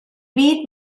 beat